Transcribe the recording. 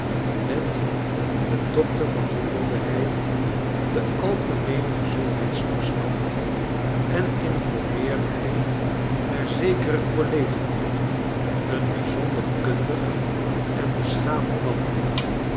met den dokter behandelde hij den algemeenen gezondheidstoestand en informeerde hij naar zekeren collega een bijzonder kundig en beschaafd man